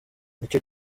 nicyo